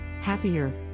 happier